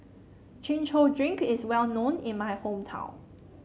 Chin Chow Drink is well known in my hometown